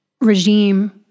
regime